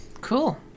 Cool